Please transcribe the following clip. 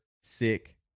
sick